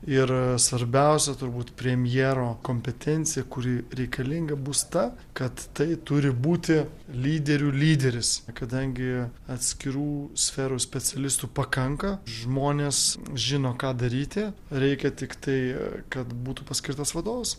ir svarbiausia turbūt premjero kompetencija kuri reikalinga bus ta kad tai turi būti lyderių lyderis kadangi atskirų sferų specialistų pakanka žmonės žino ką daryti reikia tiktai kad būtų paskirtas vadovas